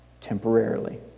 temporarily